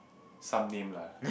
some name lah